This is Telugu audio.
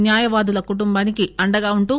న్యాయవాదుల కుటుంబానికి అండగా ఉంటూ